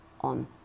on